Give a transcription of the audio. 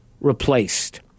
replaced